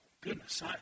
goodness